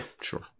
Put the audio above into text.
sure